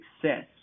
success